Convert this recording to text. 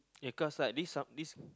ya cause like this some this